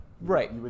Right